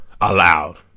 aloud